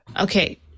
Okay